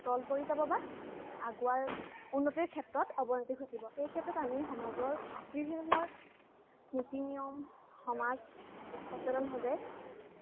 তল পৰি যাব বা আগুৱাৰ উন্নতিৰ ক্ষেত্ৰত অৱনতি ঘটিব এই ক্ষেত্ৰত আমি সমাজৰ বিভিন্ন ধৰণৰ নীতি নিয়ম সমাজ সচেতনভাৱে